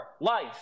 life